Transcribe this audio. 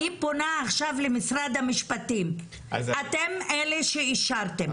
אני פונה עכשיו למשרד המשפטים, אתם אלה שאישרתם.